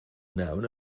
known